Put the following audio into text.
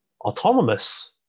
autonomous